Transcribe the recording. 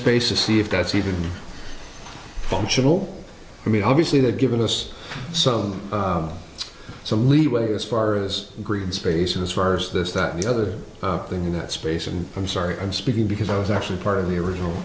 space to see if that's even functional i mean obviously they've given us some some leeway as far as green spaces first this that the other thing that space and i'm sorry i'm speaking because i was actually part of the original